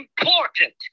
important